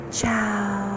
ciao